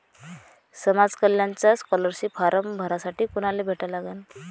समाज कल्याणचा scholarship form भरासाठी कुनाले भेटा लागन?